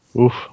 Oof